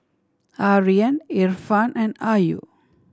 Aryan Irfan and Ayu